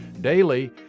Daily